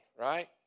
right